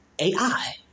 AI